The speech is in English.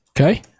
okay